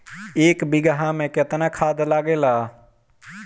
एक बिगहा में केतना खाद लागेला?